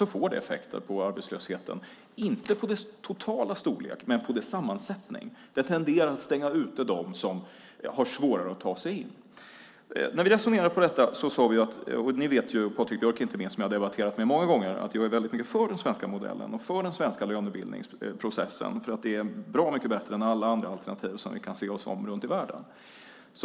Det får effekter på arbetslösheten. Det gäller inte för den totala storleken men för sammansättningen. Det tenderar att stänga ute dem som har svårare att ta sig in. Ni vet - inte minst Patrik Björck som jag har debatterat med många gånger - att jag är mycket för den svenska modellen och för den svenska lönebildningsprocessen. De är bra mycket bättre än alla andra alternativ som vi kan se runt om i världen.